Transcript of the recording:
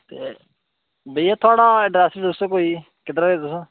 ते भेइया थुआढ़ा अड्रैस अड्रूस कोई किद्धरै दे तुस